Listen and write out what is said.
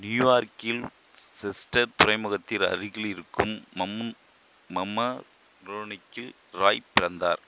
நியூயார்க்கில் செஸ்டர் துறைமுகத்தின் அருகிலிருக்கும் மம் மம்மாரோனிக்கில் ராய் பிறந்தார்